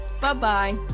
Bye-bye